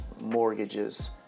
mortgages